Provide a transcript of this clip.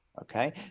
okay